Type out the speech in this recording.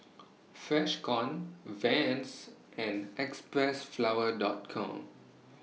Freshkon Vans and Xpressflower Dot Com